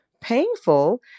painful